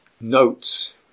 notes